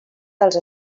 dels